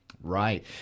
Right